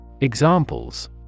Examples